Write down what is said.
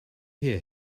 hear